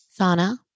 Sauna